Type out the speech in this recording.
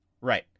Right